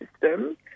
system